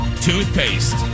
toothpaste